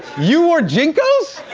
you wore jncos?